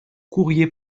courrier